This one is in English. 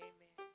Amen